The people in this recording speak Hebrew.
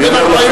אני אומר,